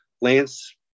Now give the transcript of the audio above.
Lance